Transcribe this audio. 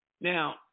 Now